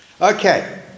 Okay